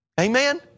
Amen